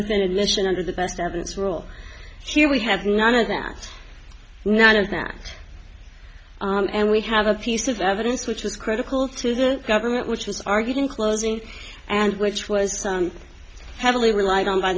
within admission under the best evidence rule here we have none of that none of that and we have a piece of evidence which was critical to the government which was argued in closing and which was heavily relied on by